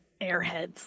Airheads